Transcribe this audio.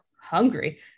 hungry